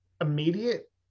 immediate